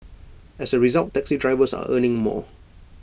as A result taxi drivers are earning more